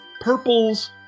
Purple's